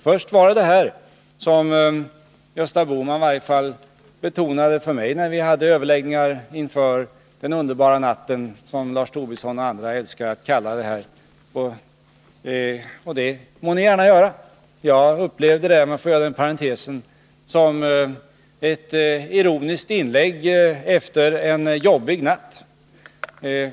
Först gäller det vad Gösta Bohman betonade för mig när vi hade överläggningar inför den ”underbara natten”, som Lars Tobisson och andra älskar att kalla den. Det må ni gärna göra. Om jag får göra en parentes, vill jag säga att jag sade detta som ett ironiskt inlägg efter en jobbig natt.